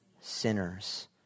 Sinners